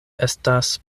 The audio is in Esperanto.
estas